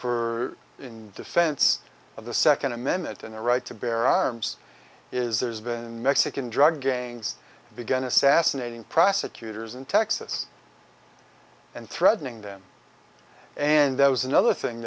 for in defense of the second amendment and the right to bear arms is there's been mexican drug gangs began assassinating prosecutors in texas and threatening them and that was another thing